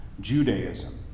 Judaism